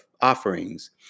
offerings